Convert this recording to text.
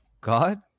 God